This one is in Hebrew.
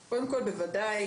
בוודאי,